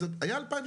היה 2018